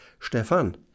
Stefan